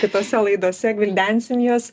kitose laidose gvildensim juos